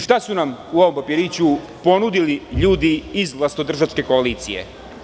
Šta su nam u ovom papiriću ponudili ljudi iz vlastodržačke koalicije?